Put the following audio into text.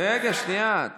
חבר הכנסת